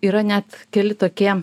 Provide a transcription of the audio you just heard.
yra net keli tokie